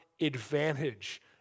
advantage